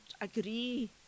agree